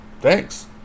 Thanks